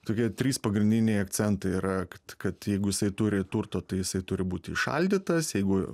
tokie trys pagrindiniai akcentai rakt kad jeigu jisai turi turto tai jisai turi būti įšaldytas jeigu